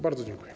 Bardzo dziękuję.